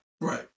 right